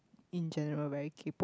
in general very kaypoh